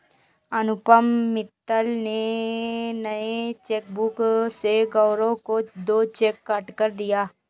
अनुपम मित्तल ने नए चेकबुक से गौरव को दो चेक काटकर दिया